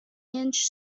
inch